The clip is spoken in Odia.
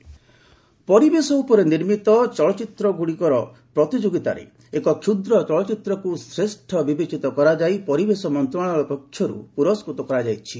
ଏନ୍ଭାର୍ଣ୍ଣମେଣ୍ଟ ଆୱାର୍ଡ଼ ପରିବେଶ ଉପରେ ନିର୍ମିତ ଚଳଚ୍ଚିତ୍ରଗୁଡ଼ିକର ପ୍ରତିଯୋଗିତାରେ ଏକ କ୍ଷୁଦ୍ର ଚଳଚ୍ଚିତ୍ରକୁ ଶ୍ରେଷ୍ଠ ବିବେଚିତ କରାଯାଇ ପରିବେଶ ମନ୍ତ୍ରଣାଳୟ ପକ୍ଷରୁ ପୁରସ୍କୃତ କରାଯାଇଛି